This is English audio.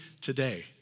today